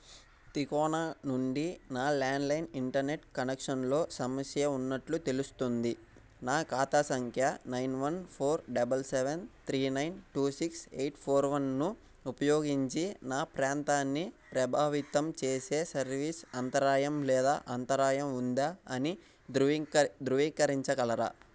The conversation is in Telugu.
తికోనా నుండి నా ల్యాండ్లైన్ ఇంటర్నెట్ కనెక్షన్లో సమస్య ఉన్నట్లు తెలుస్తోంది నా ఖాతా సంఖ్య nine one four double seven three nine two six eight four వన్ను ఉపయోగించి నా ప్రాంతాన్ని ప్రభావితం చేసే సర్వీస్ అంతరాయం లేదా అంతరాయం ఉందా అని ధృవీకర ధృవీకరించగలరా